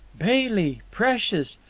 bailey precious!